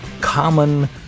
common